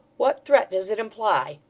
what threat does it imply?